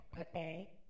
okay